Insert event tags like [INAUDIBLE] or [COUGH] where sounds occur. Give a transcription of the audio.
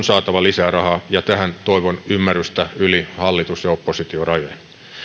[UNINTELLIGIBLE] saatava lisää rahaa ja tähän toivon ymmärrystä yli hallitus ja oppositiorajojen